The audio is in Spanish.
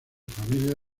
familia